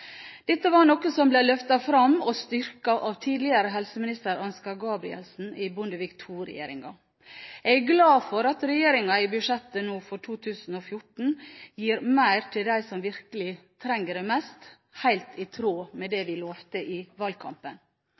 Dette var noe som ble løftet fram og styrket av tidligere helseminister Ansgar Gabrielsen i Bondevik II-regjeringen. Jeg er glad for at regjeringen i budsjettet for 2014 gir mer til dem som virkelig trenger det mest, helt i tråd med det vi lovet i valgkampen.